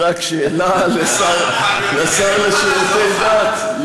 היא רק שאלה לשר לשירותי דת,